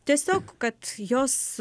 tiesiog kad jos